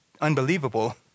unbelievable